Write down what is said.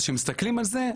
אז כשמסתכלים על זה,